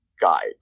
guide